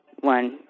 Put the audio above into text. one